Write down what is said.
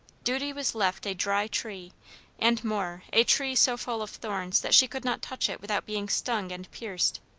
duty was left a dry tree and more, a tree so full of thorns that she could not touch it without being stung and pierced.